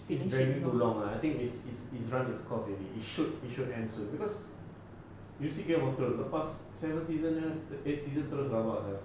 it's dragging too long lah I think it run its course already I think it should end soon because you see grand veteran lepas seven season eight season terus rabak sia